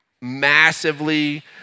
massively